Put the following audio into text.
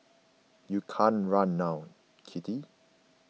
you can't run now kitty